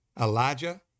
Elijah